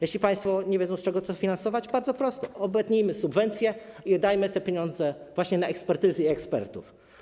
Jeśli państwo nie wiedzą, z czego to finansować, to bardzo proste, obetnijmy subwencje i dajmy te pieniądze właśnie na ekspertyzy i ekspertów.